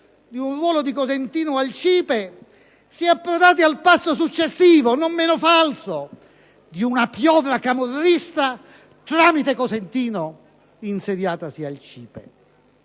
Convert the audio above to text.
di un ruolo di Cosentino al CIPE si sia approdati al passo successivo, non meno falso, di una piovra camorrista insediatasi al CIPE